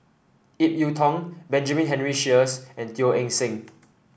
Ip Yiu Tung Benjamin Henry Sheares and Teo Eng Seng